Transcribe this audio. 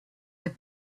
have